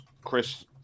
Chris